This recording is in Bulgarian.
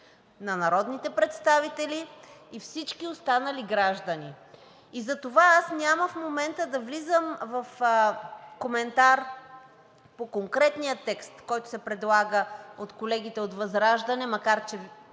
на народните представители и всички останали граждани. Затова аз няма в момента да влизам в коментар по конкретния текст, който се предлага от колегите от ВЪЗРАЖДАНЕ, макар че